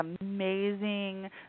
amazing